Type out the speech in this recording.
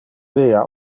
via